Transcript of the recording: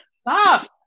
stop